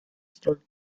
stark